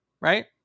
right